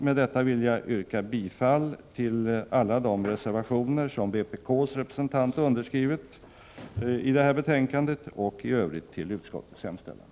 Med detta vill jag yrka bifall till alla de reservationer som vpk:s representant har underskrivit i det här betänkandet och i övrigt till utskottets hemställan.